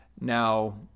Now